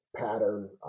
pattern